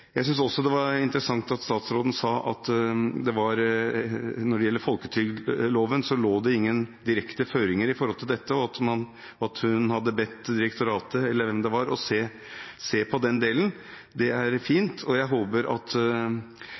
jeg er helt sikker på. Jeg synes også det var interessant at statsråden sa at når det gjaldt folketrygdloven, lå det ingen direkte føringer med tanke på dette, og at hun hadde bedt direktoratet eller hvem det var, om å se på den delen. Det er fint, og jeg håper at